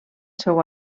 seu